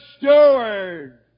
steward